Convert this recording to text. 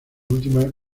última